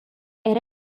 era